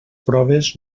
proves